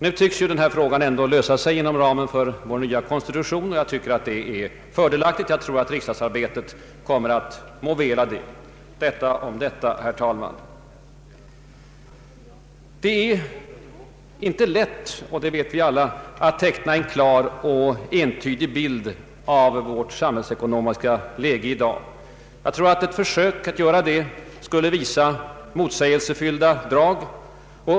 Nu tycks denna fråga ändå lösa sig inom ramen för vår nya konstitution. Jag tror att det är fördelaktigt och att riksdagsarbetet mår väl av det. Detta om detta, herr talman. Vi vet alla att det inte är lätt att teckna en klar och entydig bild av vårt samhällsekonomiska läge i dag. Jag tror att ett försök att göra det skulle visa motsägelsefyllda drag.